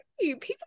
People